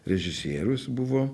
režisierius buvo